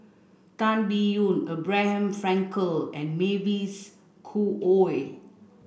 Tan Biyun Abraham Frankel and Mavis Khoo Oei